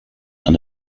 and